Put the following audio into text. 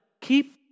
keep